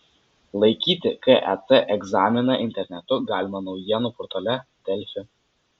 laikyti ket egzaminą internetu galima naujienų portale delfi